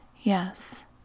Yes